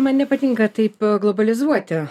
man nepatinka taip globalizuoti